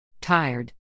Tired